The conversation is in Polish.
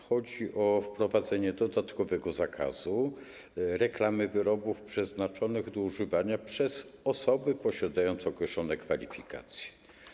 Chodzi o wprowadzenie dodatkowego zakazu reklamy wyrobów przeznaczonych do używania przez osoby posiadające określone kwalifikacje.